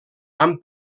han